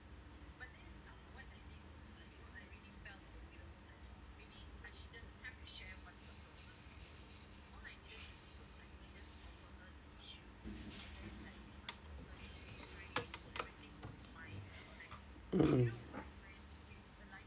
mmhmm